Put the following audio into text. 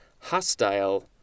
Hostile